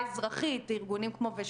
ייתכן שבאמת יש הרבה יותר מזה,